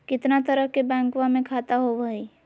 कितना तरह के बैंकवा में खाता होव हई?